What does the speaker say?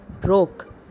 broke